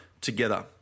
together